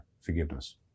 forgiveness